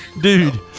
Dude